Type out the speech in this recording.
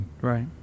Right